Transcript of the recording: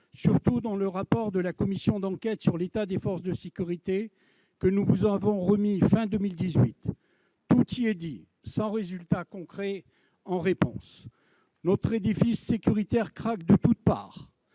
surtout dans le rapport de la commission d'enquête sur l'état des forces de sécurité, que nous vous avons remis à la fin de 2018. Tout y est dit ! Sans résultats concrets en réponse ... Alors que notre édifice sécuritaire craque de toutes parts,